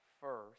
first